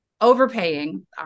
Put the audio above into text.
overpaying